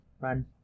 Run